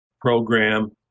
program